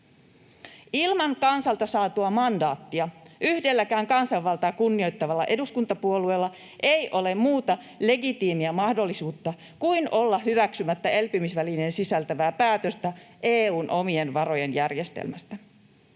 Ilman kansalta saatua mandaattia yhdelläkään kansanvaltaa kunnioittavalla eduskuntapuolueella ei ole muuta legitiimiä mahdollisuutta kuin olla hyväksymättä elpymisvälineen sisältävää päätöstä EU:n omien varojen järjestelmästä.